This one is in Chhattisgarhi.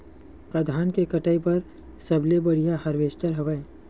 का धान के कटाई बर सबले बढ़िया हारवेस्टर हवय?